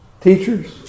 teachers